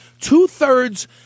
Two-thirds